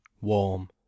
warm